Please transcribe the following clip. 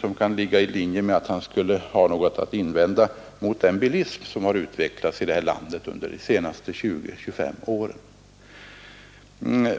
som kan ligga i linje med att han skulle ha något att invända emot den bilism som utvecklats i det här landet under de senaste 20-25 åren.